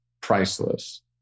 priceless